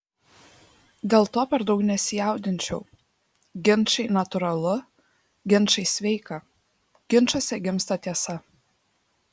dėl to per daug nesijaudinčiau ginčai natūralu ginčai sveika ginčuose gimsta tiesa